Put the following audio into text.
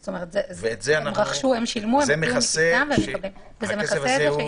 זה מכסה את זה,